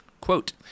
Quote